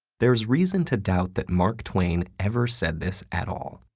there's reason to doubt that mark twain ever said this at all,